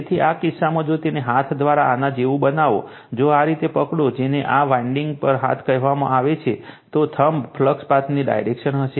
તેથી આ કિસ્સામાં જો તેને હાથ દ્વારા આના જેવું બનાવો જો આ રીતે પકડો જેને આ વાઇન્ડિંગહાથ કહેવામાં આવે છે તો થંબ ફ્લક્સ પાથની ડાયરેક્શન હશે